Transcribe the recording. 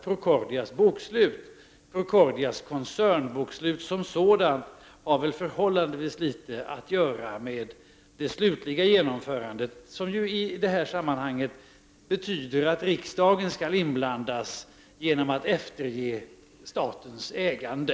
Procordias koncernbokslut som sådant har förhållandevis litet att göra med det slutliga genomförandet, som i det här sammanhanget betyder att riksdagen skall inblandas genom ett eftergivande av statens ägande.